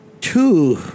two